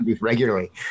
regularly